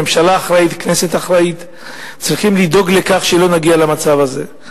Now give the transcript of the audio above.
ממשלה אחראית וכנסת אחראית צריכות לדאוג לכך שלא נגיע למצב הזה.